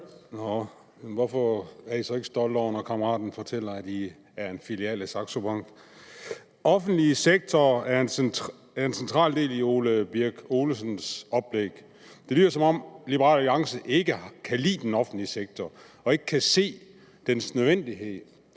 Hvorfor er man så ikke stolt over det, når kammeraten fortæller, at man er filial af Saxo Bank? Den offentlige sektor er en central del i hr. Ole Birk Olesens oplæg. Det lyder, som om Liberal Alliance ikke kan lide den offentlige sektor og ikke kan se dens nødvendighed.